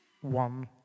One